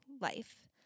life